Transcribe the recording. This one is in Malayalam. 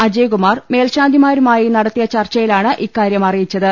അജ്യ കു മാർ മേൽശാ ന്തി മാ രു മായി നടത്തിയ ചർച്ചയിലാണ് ഇക്കാര്യം അറിയിച്ചത്